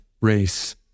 race